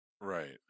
right